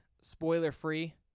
spoiler-free